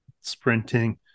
sprinting